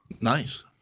nice